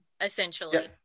essentially